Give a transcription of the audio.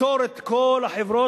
לפטור את כל החברות,